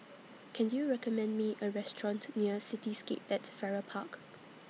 Can YOU recommend Me A Restaurant near Cityscape At Farrer Park